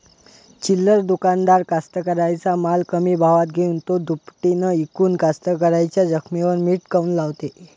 चिल्लर दुकानदार कास्तकाराइच्या माल कमी भावात घेऊन थो दुपटीनं इकून कास्तकाराइच्या जखमेवर मीठ काऊन लावते?